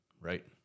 right